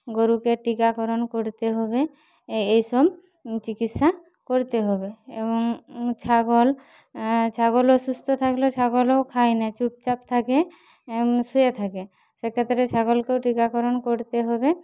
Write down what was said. গরুকে টিকাকরণ করতে হবে এইসব চিকিৎসা করতে হবে এবং ছাগল ছাগল অসুস্থ থাকলে ছাগলও খায় না চুপচাপ থাকে শুয়ে থাকে সেক্ষেত্রে ছাগলকেও টিকাকরণ করতে হবে